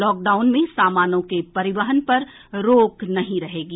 lockdown में सामानों के परिवहन पर रोक नहीं रहेगी